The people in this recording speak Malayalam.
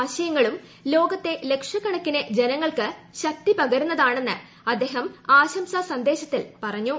ആശയങ്ങളും ലോകത്തെ ലക്ഷക്കണക്കിന് ജനങ്ങൾക്ക് ശക്തി പകരുന്നതാണെന്ന് അദ്ദേഹം ആശംസ സന്ദേശത്തിൽ പറഞ്ഞു